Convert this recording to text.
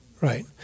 right